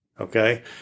Okay